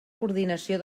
coordinació